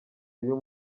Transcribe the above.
uyu